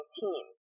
team